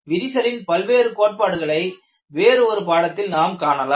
விரிசலின் பல்வேறு கோட்பாடுகளை வேறு ஒரு பாடத்தில் நாம் காணலாம்